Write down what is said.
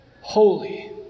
holy